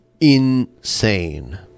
insane